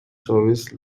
service